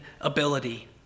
ability